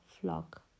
flock